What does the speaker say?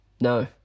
No